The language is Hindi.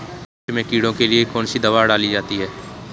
मिर्च में कीड़ों के लिए कौनसी दावा डाली जाती है?